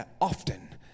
often